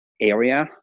area